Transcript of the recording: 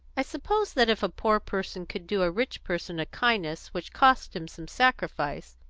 i suppose that if a poor person could do a rich person a kindness which cost him some sacrifice,